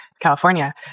California